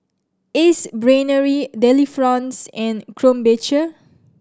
Ace Brainery Delifrance and Krombacher